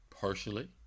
partially